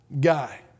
guy